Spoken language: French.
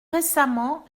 récemment